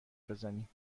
بزنیم